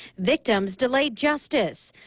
victims delayed justice.